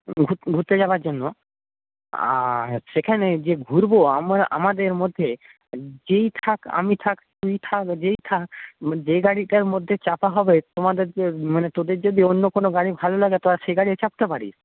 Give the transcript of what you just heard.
ঘুরতে যাওয়ার জন্য আর সেখানে যে ঘুরবো আমরা আমাদের মধ্যে যেই থাক আমি থাক তুই থাক যেই থাক যে গাড়িটার মধ্যে চাপা হবে তোমাদের মানে তোদের যদি অন্য কোনো গাড়ি ভাল লাগে সে গাড়ি চাপতে পারিস